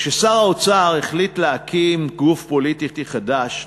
כששר האוצר החליט להקים גוף פוליטי חדש,